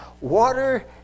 Water